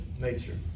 nature